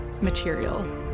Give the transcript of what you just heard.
material